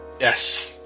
Yes